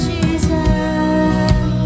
Jesus